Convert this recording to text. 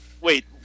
wait